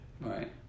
Right